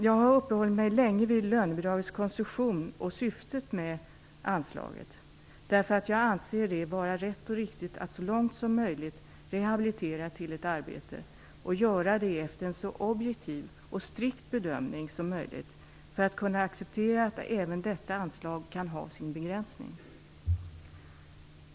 Jag har uppehållit mig länge vid lönebidragets konstruktion och syftet med detta anslag därför att jag anser det vara rätt och riktigt att så långt som möjligt rehabilitera till ett arbete och göra det efter en så objektiv och strikt bedömning som möjligt, för att man skall kunna acceptera att även detta anslag kan ha sin begränsning.